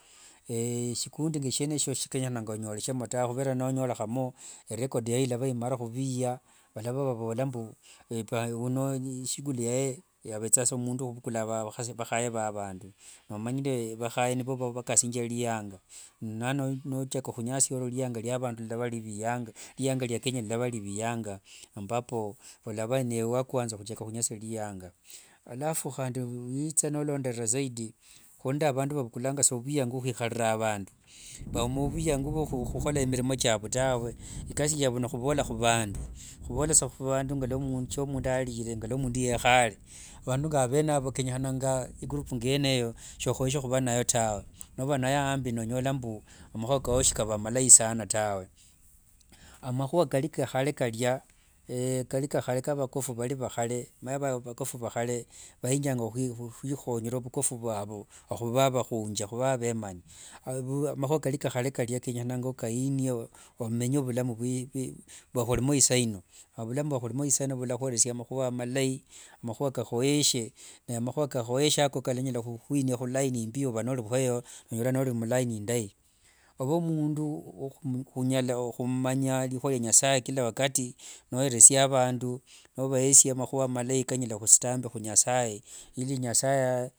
shikundi nga shieneshio shikenyekhana onyorekhemo tawe. Shichira nonyorekhanamo walanyola irekodi yao nimarire khuviya. Valava vavola mbu uno ishighuli yae avethangasa mundu wakhuvukula vakhasi vakhaye va vandu. Nomanyire vakhaye nivakasinjia liyanga. Nano nochaka khunyasia liyanga lia vandu lilava liviyanga, liyanga lia kenya lilialava liviyanga ambapo newe wa kwanza khuchaka khunyasia liyanga. Alafu khandi niwitha nolonderera khuli nende avandu vavukulanga sa vwiyango kheikhalira vandu. Vauma vwiyango vya khukhola milimo chiavu tawe, ikasi yavu nikhuvola khuvandu. Khuvolasa khuvandu ngashia mundu alire ngalua mundu yekhale. Vandu nga vene avo kenyekhananga igroup nga yene eyo solanyolekhanamo tawe. Nova inayo ambi nonyola mbu makhua kao silava malai sana tawe. Amakhua kali ka khale kalia kali ka khale vakofu valiva khale, omanyire vakofu valiva khale, wainyanga khwikhonyera vukofu vwavu khuva makhunje, khuva avemani. Makhua kalika khale kalia kenyekhananga okainie, omenye vulamu vwakhulimo isaino. Ovulamu vwakhulimo isaino vwalakhweresia makhua malai, makhua kakhoyeshe. Namakhua kakhoyeshe ako, kalanyala ukhwinia khulaine imbieyo yovanokhuva nonyola oli khulaine indai. Ove mundu unyala khumanya likhua lia nasaye kila wakati noyeresia avandu, novayesia makhua malai kanyala khusutiambi khunasaye ili nyasaye.